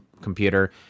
computer